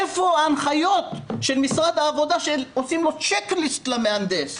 איפה ההנחיות של משרד העבודה שעושים צ'ק-ליסט למהנדס,